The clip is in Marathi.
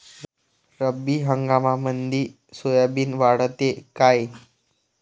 रब्बी हंगामामंदी सोयाबीन वाढते काय?